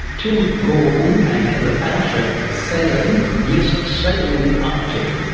tim gordon and heather bauscher sailing, yes sailing the arctic,